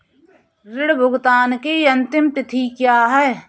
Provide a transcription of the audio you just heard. ऋण भुगतान की अंतिम तिथि क्या है?